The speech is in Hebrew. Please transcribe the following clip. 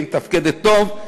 והיא מתפקדת טוב,